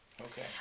Okay